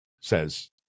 says